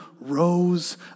rose